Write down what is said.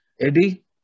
Eddie